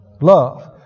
Love